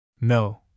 No